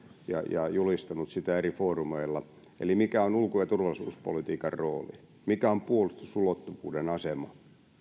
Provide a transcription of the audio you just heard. ja julistanut sitä eri foorumeilla eli mikä on ulko ja turvallisuuspolitiikan rooli mikä on puolustusulottuvuuden asema